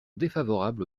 défavorable